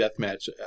deathmatch